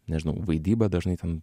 nežinau vaidyba dažnai ten